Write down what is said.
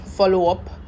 follow-up